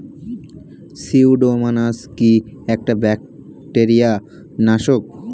Pseudomonas কি একটা bacteria নাশক?